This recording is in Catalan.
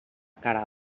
cara